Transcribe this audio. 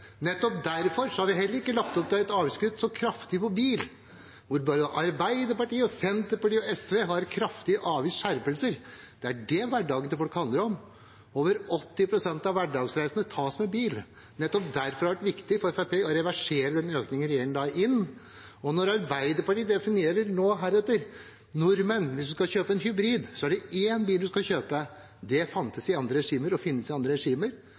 Nettopp derfor har vi heller ikke lagt opp til et så kraftig avgiftskutt på bil, hvor både Arbeiderpartiet og Senterpartiet og SV har kraftige avgiftsskjerpelser. Det er det hverdagen til folk handler om. Over 80 pst. av hverdagsreisene tas med bil. Nettopp derfor har det vært viktig for Fremskrittspartiet å reversere den økningen regjeringen la inn. Arbeiderpartiet definerer nå heretter at hvis nordmenn skal kjøpe en hybrid, er det én bil man skal kjøpe. Det fantes i andre regimer og finnes i andre regimer.